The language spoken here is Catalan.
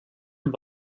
amb